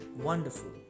wonderful